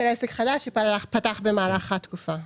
של עסק חדש שפתח במהלך התקופה.